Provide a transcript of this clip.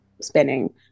spinning